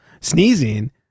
sneezing